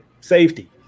safety